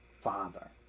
father